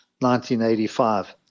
1985